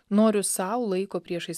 noriu sau laiko priešais